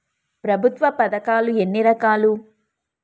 ప్రభుత్వ పథకాలు ఎన్ని రకాలు?